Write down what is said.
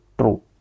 true